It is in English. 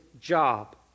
job